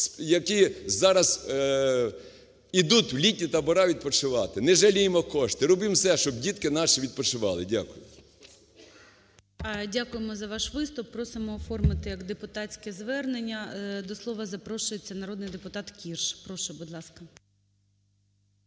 які зараз ідуть в літні табори відпочивати. Не жаліймо коштів, робімо все, щоб дітки наші відпочивали. Дякую. ГОЛОВУЮЧИЙ. Дякуємо за ваш виступ. Просимо оформити як депутатське звернення. До слова запрошується народний депутатКірш. Прошу, будь ласка.